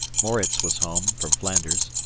moritz was home from flanders.